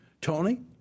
Tony